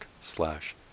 slash